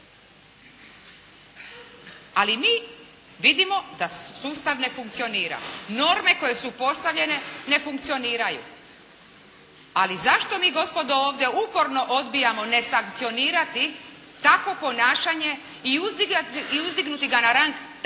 Ali mi vidimo da sustav ne funkcionira. Norme koje su postavljene, ne funkcioniraju. Ali zašto mi gospodo ovdje uporno odbijamo nesankcionirati takvo ponašanje i uzdignuti ga na rang takve društvene